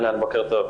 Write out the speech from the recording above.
בוקר טוב.